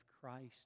Christ